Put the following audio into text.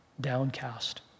downcast